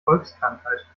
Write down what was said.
volkskrankheit